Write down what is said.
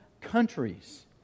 countries